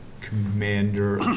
Commander